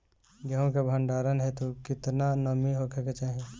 गेहूं के भंडारन हेतू कितना नमी होखे के चाहि?